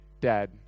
dead